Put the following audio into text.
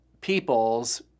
peoples